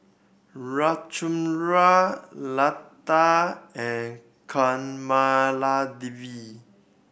Ramchundra Lata and Kamaladevi